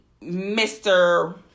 mr